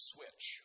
Switch